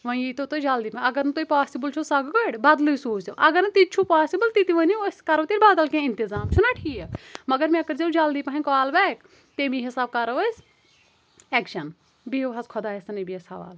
وۄنۍ ییٖتو تُہُۍ جلدی پَہَم اگر نہٕ تۄہہِ پاسِبٕل چھو سۄ گٲڑۍ بَدلےٕ سوٗزِو اگر نہٕ تہِ تہِ چھُو پاسِبٕل تہِ تہِ وٕنِو أسۍ کَرٕو تیٚلہِ بَدل کیٚنٛہہ اِنتِظام چھُ نا ٹھیٖک مگر مے کرۍزٮ۪و جلدی پَہَم کال بیک تَمی حِساب کَرو أسۍ ایکشَن بِہِو حظ خۄدایَس تہٕ نٕبی یَس حَوالہٕ